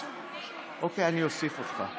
אוקיי, אני אוסיף אותך.